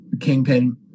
kingpin